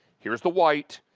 here is the white,